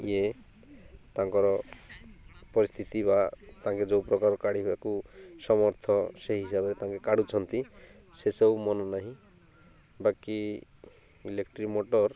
ଇଏ ତାଙ୍କର ପରିସ୍ଥିତି ବା ତାଙ୍କେ ଯୋଉ ପ୍ରକାର କାଢ଼ିବାକୁ ସମର୍ଥ ସେଇ ହିସାବରେ ତାଙ୍କେ କାଢ଼ୁଛନ୍ତି ସେସବୁ ମନ ନାହିଁ ବାକି ଇଲେକ୍ଟ୍ରିକ୍ ମଟର୍